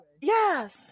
Yes